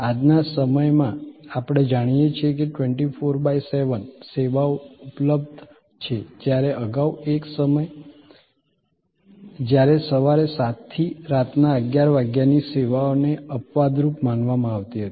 આજ ના સમય માં આપણે જાણીએ છીએ કે 24 7 સેવાઓ ઉપલબ્ધ છે જ્યારે અગાવ એક સમય જ્યારે સવારે 7 થી રાત ના 11 વાગ્યા ની સેવા ને અપવાદરૂપ માનવમાં આવતી હતી